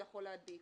הוא יכול להדביק.